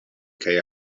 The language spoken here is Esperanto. kaj